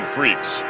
Freaks